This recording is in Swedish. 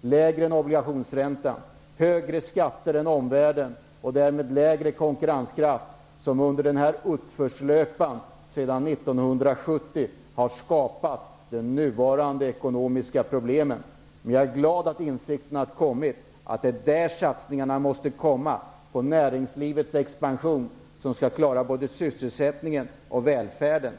lägre obligationsränta, högre skatter än omvärldens och därmed lägre konkurrenskraft som under denna uppförslöpa sedan 1970 har skapat de nuvarande ekonomiska problemen. Men jag är glad över att insikten nu finns att det är där satsningarna måste sättas in. Det är näringslivets expansion som skall klara både sysselsättningen och välfärden.